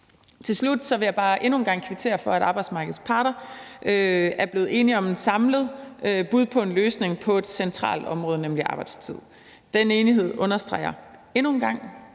Til slut vil jeg bare endnu en gang kvittere for, at arbejdsmarkedets parter er blevet enige om et samlet bud på en løsning på et centralt område, nemlig arbejdstid. Den enighed understreger endnu en gang,